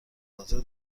حاضر